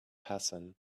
hassan